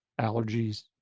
Allergies